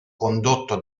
condotto